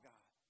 God